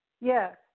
Yes